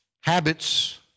habits